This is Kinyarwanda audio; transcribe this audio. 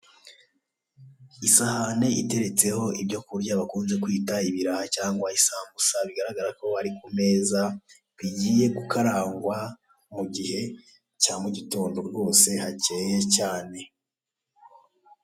Isahane iteretseho ibyo kurya bakunze kwita ibiraha cyangwa isambusa, bigaragara ko ari ku meza, bigiye gukarangwa mugihe cya mugitondo rwose hakeye cyane.